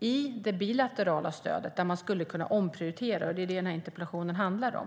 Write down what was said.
i det bilaterala stödet. Där skulle man kunna omprioritera, och det är detta som den här interpellationen handlar om.